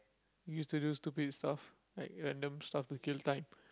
used to do stupid stuff like random stuff to kill time